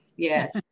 Yes